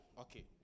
Okay